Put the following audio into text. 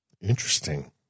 Interesting